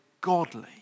godly